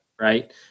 right